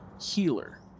healer